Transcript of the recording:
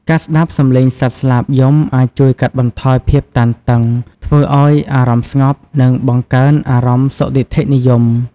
ការស្តាប់សំឡេងសត្វស្លាបយំអាចជួយកាត់បន្ថយភាពតានតឹង ធ្វើឱ្យអារម្មណ៍ស្ងប់ និងបង្កើនអារម្មណ៍សុទិដ្ឋិនិយម។